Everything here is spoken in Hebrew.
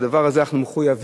בדבר הזה אנחנו מחויבים,